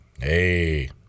Hey